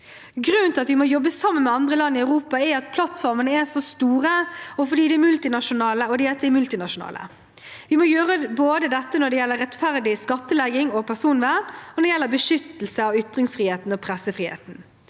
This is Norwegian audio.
Grunnen til at vi må jobbe sammen med andre land i Europa, er at plattformene er så store, og at de er multinasjonale. Vi må gjøre det både når det gjelder rettferdig skattlegging og personvern, og når det gjelder beskyttelse av ytringsfriheten og pressefriheten.